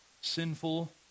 sinful